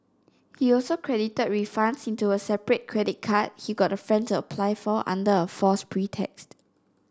he also credited refunds into a separate credit card he got a friend to apply for under a false pretext